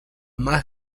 más